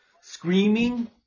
Screaming